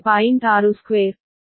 62